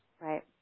Right